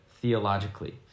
theologically